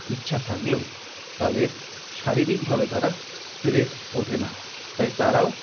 ইচ্ছা থাকলেও তাদের শারীরিকভাবে তারা পেরে ওঠে না তাই তারাও